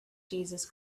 jesus